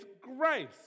grace